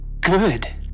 Good